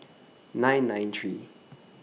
nine nine three